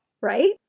right